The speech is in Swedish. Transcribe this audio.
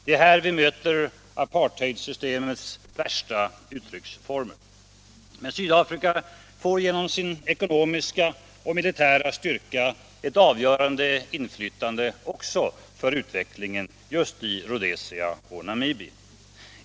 Det är där vi möter apartheidsystemets värsta uttrycksformer, men Sydafrika får genom sin ekonomiska och militära styrka ett avgörande inflytande även på utvecklingen i Rhodesia och Namibia.